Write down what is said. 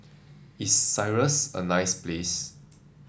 is Cyprus a nice place